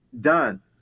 done